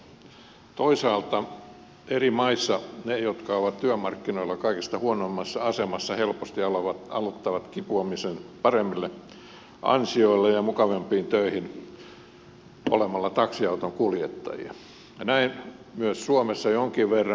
toisaalta eri maissa ne jotka ovat työmarkkinoilla kaikista huonoimmassa asemassa helposti aloittavat kipuamisen paremmille ansioille ja mukavampiin töihin olemalla taksiauton kuljettajia ja näin myös suomessa jonkin verran